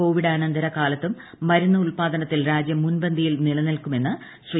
കോവിഡാനന്തര കാലത്തും മരുന്ന് ഉൽപാദനത്തിൽ രാജ്യം മുൻപന്തിയിൽ നിലനിൽക്കുമെന്ന് ശ്രീ